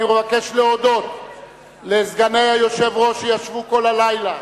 אני מבקש להודות לסגני היושב-ראש שישבו כל הלילה,